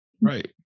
Right